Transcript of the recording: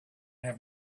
have